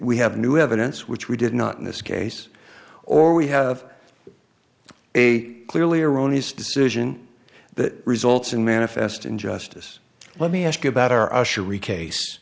we have new evidence which we did not in this case or we have a clearly erroneous decision that results in manifest injustice let me ask you about our usher re case